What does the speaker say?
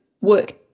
work